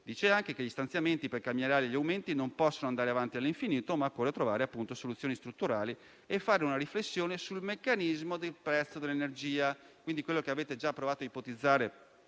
dichiarato che gli stanziamenti per calmierare gli aumenti non possono andare avanti all'infinito, ma occorre trovare soluzioni strutturali e fare una riflessione sul meccanismo del prezzo dell'energia. È ciò che avete già provato a ipotizzare